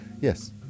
Yes